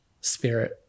spirit